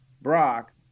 Brock